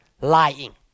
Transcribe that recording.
lying